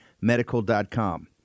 medical.com